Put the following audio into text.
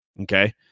Okay